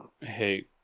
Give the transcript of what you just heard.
Hey